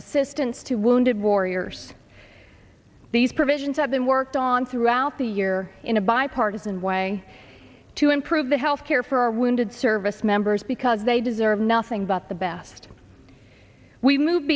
assistance to wounded warriors these provisions have been worked on throughout the year in a bipartisan way to improve the health care for our wounded service members because they deserve nothing but the best we move